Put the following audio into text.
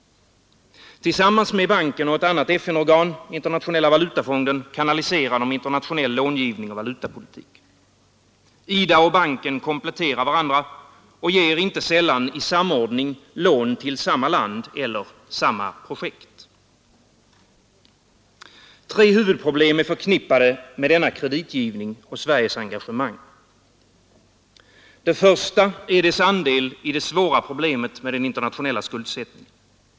Tillsammans med banken och ett annat FN-organ, Internationella valutafonden, kanaliserar den internationell långivning och valutapolitik. IDA och banken kompletterar varandra och ger inte sällan i samordning lån till samma land eller samma projekt. Tre huvudproblem är förknippade med denna kreditgivning och Sveriges engagemang. Det första är dess andel i det svåra problemet med den internationella skuldsättningen.